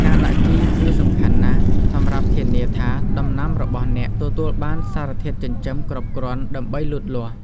ការដាក់ជីគឺសំខាន់ណាស់សម្រាប់ធានាថាដំណាំរបស់អ្នកទទួលបានសារធាតុចិញ្ចឹមគ្រប់គ្រាន់ដើម្បីលូតលាស់។